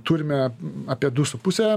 turime apie du su puse